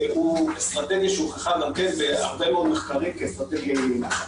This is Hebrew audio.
הוא אסטרטגיה שהוכחה גם כן בהרבה מאוד מחקרים כאסטרטגיה יעילה.